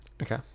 Okay